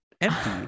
empty